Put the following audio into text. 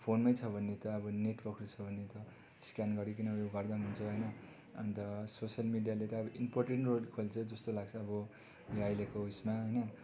फोनमै छ भने त अब नेटवर्कहरू छ भने त स्क्यान गरिकिन यो गर्दा पनि हुन्छ होइन अन्त सोसियल मिडियाले त इम्पोर्टेन्ट रोल खेल्छ जस्तो लाग्छ अब यो अहिलेको यसमा होइन